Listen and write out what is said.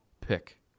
pick